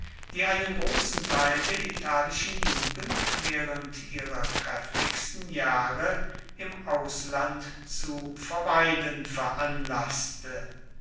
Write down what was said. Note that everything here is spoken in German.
die einen großen teil der italischen jugend während ihrer kräftigsten jahre im ausland zu verweilen veranlaßte